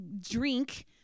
drink